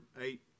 eight